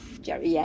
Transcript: Jerry